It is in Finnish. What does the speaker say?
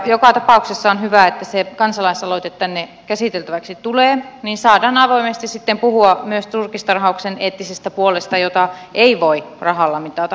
joka tapauksessa on hyvä että se kansalaisaloite tänne käsiteltäväksi tulee niin saadaan avoimesti sitten puhua myös turkistarhauksen eettisestä puolesta jota ei voi rahalla mitata